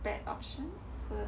bad option